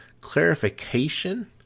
clarification